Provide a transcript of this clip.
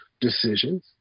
decisions